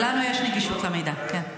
לנו יש נגישות למידע, כן.